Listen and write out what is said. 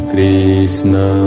Krishna